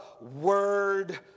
word